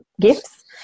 gifts